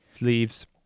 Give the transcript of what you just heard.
leaves